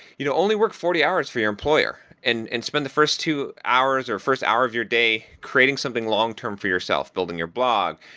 you know only work forty hours for your employer and and spend the first two hours or first hour of your day creating something long-term for yourself building your blog,